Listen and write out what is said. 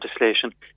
legislation